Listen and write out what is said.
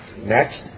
Next